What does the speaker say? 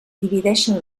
divideixen